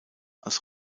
als